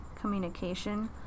communication